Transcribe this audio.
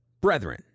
brethren